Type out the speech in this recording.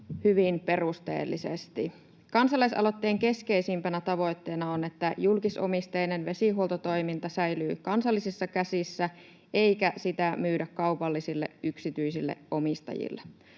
hyvin perusteellisesti. Kansalaisaloitteen keskeisimpänä tavoitteena on, että julkisomisteinen vesihuoltotoiminta säilyy kansallisissa käsissä eikä sitä myydä kaupallisille yksityisille omistajille.